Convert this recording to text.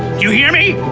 you hear me?